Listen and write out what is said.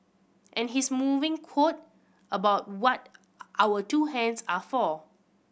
and his moving quote about what our two hands are for